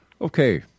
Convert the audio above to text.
Okay